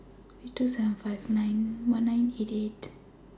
three seven two five one nine eight eight